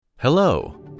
Hello